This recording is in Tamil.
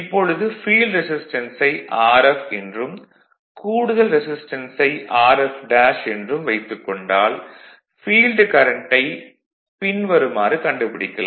இப்பொழுது ஃபீல்டு ரெசிஸ்டன்ஸை Rf என்றும் கூடுதல் ரெசிஸ்டன்ஸை Rf என்றும் வைத்துக் கொண்டால் ஃபீல்டு கரண்ட்டை பின் வருமாறு கண்டுபிடிக்கலாம்